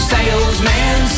Salesman